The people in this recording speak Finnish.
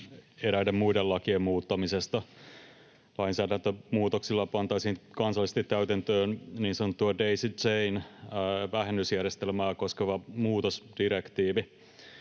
eräiden muiden lakien muuttamisesta. Lainsäädäntömuutoksilla pantaisiin kansallisesti täytäntöön niin sanottua Daisy Chain ‑vähennysjärjestelmää koskeva muutosdirektiivi.